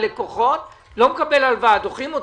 מהלקוחות לא מקבל הלוואה, דוחים אותי.